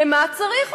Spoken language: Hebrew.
למה צריך אותו?